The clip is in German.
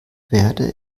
werde